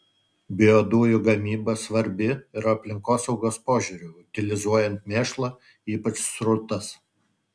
biodujų gamyba svarbi ir aplinkosaugos požiūriu utilizuojant mėšlą ypač srutas